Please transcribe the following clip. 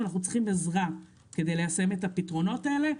אבל אנחנו צריכים עזרה כדי ליישם את הפתרונות האלה.